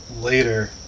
later